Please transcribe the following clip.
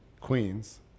Queens